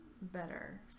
better